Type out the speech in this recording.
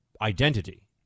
identity